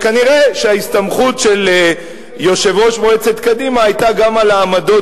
כנראה ההסתמכות של יושב-ראש מועצת קדימה היתה גם על העמדות,